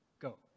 go